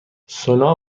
سونا